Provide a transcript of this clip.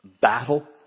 battle